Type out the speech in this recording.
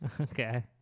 Okay